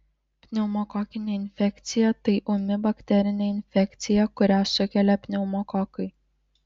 pneumokokinė infekcija tai ūmi bakterinė infekcija kurią sukelia pneumokokai